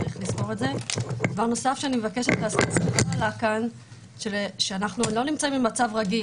אני גם מבקשת להזכיר שאנחנו לא נמצאים במצב רגיל.